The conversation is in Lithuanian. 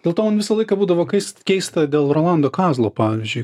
dėl to mum visą laiką būdavo keista dėl rolando kazlo pavyzdžiui